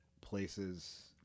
places